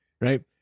right